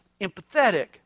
empathetic